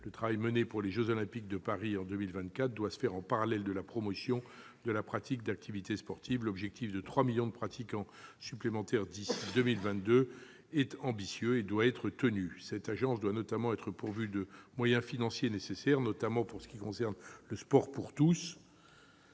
le travail mené pour les jeux Olympiques de Paris en 2024 doit se faire en parallèle avec la promotion de la pratique d'activités sportives. L'objectif de 3 millions de pratiquants supplémentaires d'ici à 2022 est ambitieux, mais doit être atteint. Cette agence doit notamment être pourvue des moyens financiers nécessaires, notamment pour ce qui concerne le sport pour tous